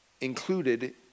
included